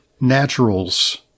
Naturals